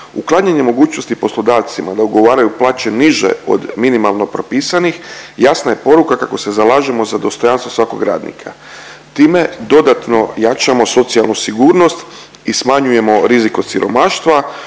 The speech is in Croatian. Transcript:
Uklanjanje mogućnosti poslodavcima da ugovaraju plaće niže od minimalno propisanih jasna je poruka kako se zalažemo za dostojanstvo svakog radnika. Time dodatno jačamo socijalnu sigurnost i smanjujemo rizik od siromaštva,